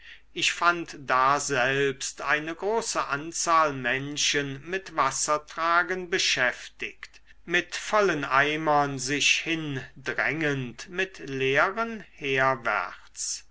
ich fand daselbst eine große anzahl menschen mit wassertragen beschäftigt mit vollen eimern sich hin drängend mit leeren herwärts